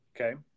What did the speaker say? okay